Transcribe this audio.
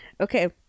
Okay